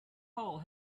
hole